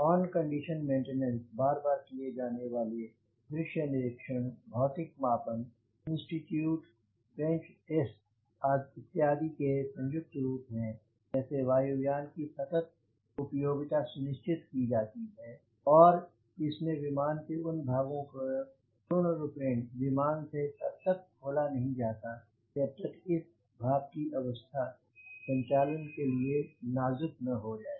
on condition maintenance बार बार किए जाने वाले दृश्य निरीक्षण भौतिक मापन इंस्टिट्यूट बेंच टेस्ट्स इत्यादि के संयुक्त रूप हैं जैसे वायु यान की सतत उपयोगिता सुनिश्चित की जाती है और इसमें विमान के उन भागों को पूर्णरूपेण विमान से तब तक खोला नहीं जाता है जब तक इस भाग की अवस्था संचालन के लिए नाज़ुक ना हो जाए